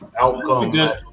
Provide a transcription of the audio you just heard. outcome